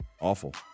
awful